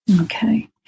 Okay